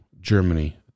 Germany